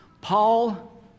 Paul